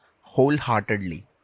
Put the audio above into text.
wholeheartedly